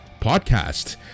Podcast